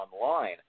online